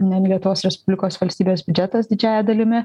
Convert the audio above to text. ne lietuvos respublikos valstybės biudžetas didžiąja dalimi